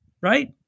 right